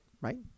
Right